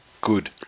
Good